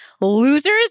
Losers